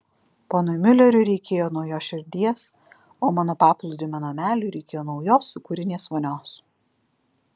ponui miuleriui reikėjo naujos širdies o mano paplūdimio nameliui reikėjo naujos sūkurinės vonios